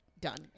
done